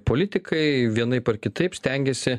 politikai vienaip ar kitaip stengiasi